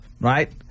Right